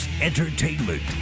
entertainment